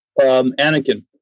Anakin